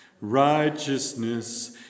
Righteousness